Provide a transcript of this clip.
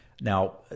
Now